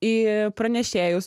į pranešėjus